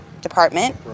Department